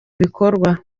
bikorwa